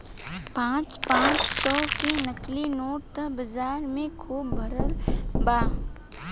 पाँच पाँच सौ के नकली नोट त बाजार में खुब भरल बा